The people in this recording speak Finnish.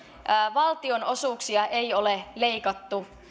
valtionosuuksia ei ole leikattu